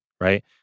right